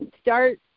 start